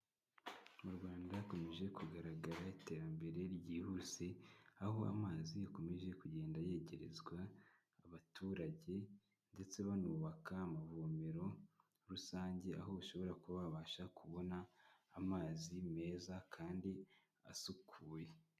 Mu Rwanda hakomeje kugaragara iterambere ryihuse, aho amazi akomeje kugenda yegerezwa abaturage, ndetse banubaka amavomero rusange, aho bashobora kubasha kubona amazi meza, kandi asukuye.